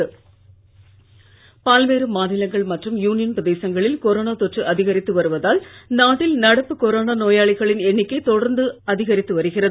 நாடுகொரோனா பல்வேறுமாநிலங்கள்மற்றும்யூனியன்பிரதேசங்களில்கொரோனா தொற்றுஅதிகரித்துவருவதால் நாட்டில்நடப்புகொரோனாநோயாளிகளின்எண்ணிக்கைதொடர்ந்துஅதிக ரித்துவருகிறது